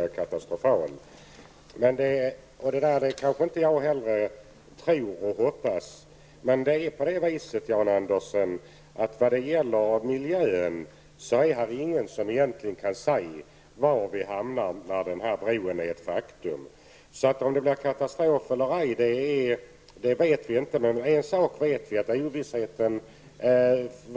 Det kanske jag inte heller tror, men, Jan Andersson, när det gäller miljön finns det ingen som egentligen kan säga vad som händer när den här bron väl är ett faktum. Om det blir katastrof eller ej vet vi inte. Däremot vet vi att det kommer